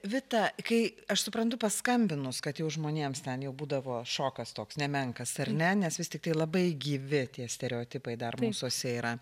vita kai aš suprantu paskambinus kad jau žmonėms ten jau būdavo šokas toks nemenkas ar ne nes vis tiktai labai gyvi tie stereotipai dar mūsuose yra